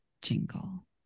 jingle